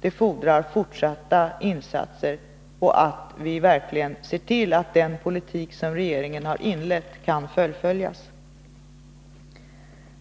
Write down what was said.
Det fordras emellertid fortsatta insatser och att vi verkligen ser till att den politik som regeringen har inlett kan fullföljas.